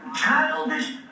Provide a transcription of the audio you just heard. childish